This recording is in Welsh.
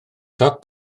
toc